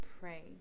pray